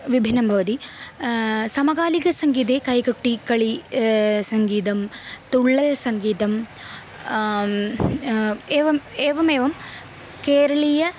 विभिनं भवति समकालिकसङ्गीते कैकुट्टिकळि सङ्गीतं तुळ्ळसङ्गीतम् एवम् एवमेवं केरळीयां